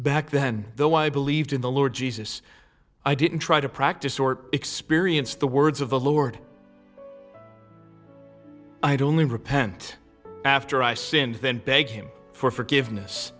back then though i believed in the lord jesus i didn't try to practice or experience the words of the lord i'd only repent after i sinned then beg him for forgiveness